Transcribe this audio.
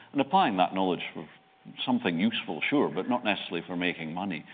and applying that knowledge for something useful, sure, but not necessarily for making money.